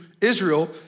Israel